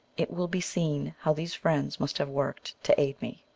it will be seen how these friends must have worked to aid me.